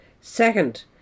Second